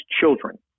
children